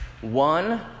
One